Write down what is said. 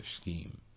scheme